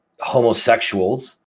homosexuals